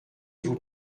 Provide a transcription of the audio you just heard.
vous